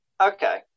Okay